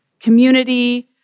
Community